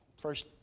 First